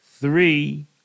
three